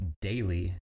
daily